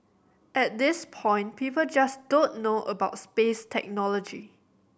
at this point people just don't know about space technology